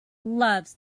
loves